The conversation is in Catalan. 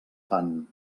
fan